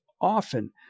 often